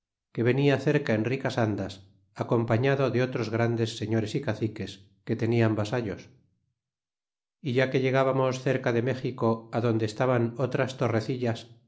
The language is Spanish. que venia cerca en ricas andas acompelado de otros grandes señores y caciques que tenían vasallos é ya que llegábamos cerca de méxico adone e estaban otras torrecillas